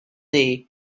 day